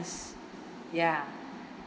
ya